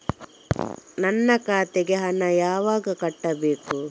ನನ್ನ ಖಾತೆಗೆ ಹಣ ಯಾವಾಗ ಕಟ್ಟಬೇಕು?